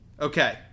Okay